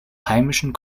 heimischen